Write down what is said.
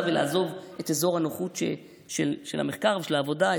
ולעזוב את אזור הנוחות של המחקר ושל העבודה,